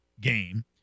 game